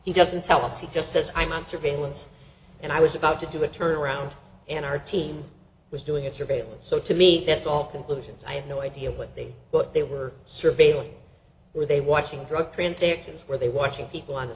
he doesn't tell us he just says i'm on surveillance and i was about to do a turnaround and our team was doing it your bail so to me that's all conclusions i have no idea what they what they were surveilling were they watching drug transactions were they watching people